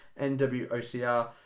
NWOCR